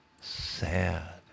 sad